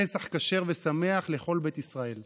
פסח כשר ושמח לכל בית ישראל.